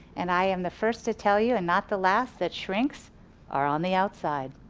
and i am the first to tell you and not the last that shrinks are on the outside.